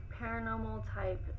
paranormal-type